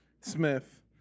Smith